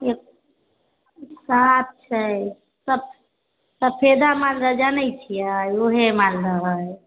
एक साफ छै सफेदा मालदह जानै छियै उहे मालदह हय